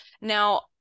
Now